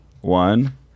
one